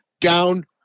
down